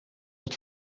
het